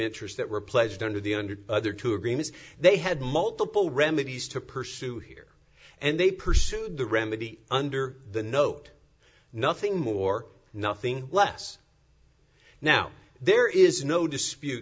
interest that were pledged under the under other two agreements they had multiple remedies to pursue here and they pursued the remedy under the note nothing more nothing less now there is no dispute